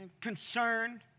concerned